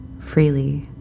freely